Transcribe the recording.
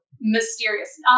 Mysterious